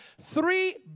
Three